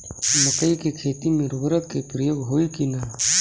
मकई के खेती में उर्वरक के प्रयोग होई की ना?